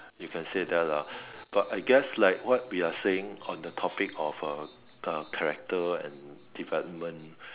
you can say that lah but I guess like what we are saying on the topic of character and development